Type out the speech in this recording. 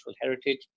heritage